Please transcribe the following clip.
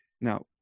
now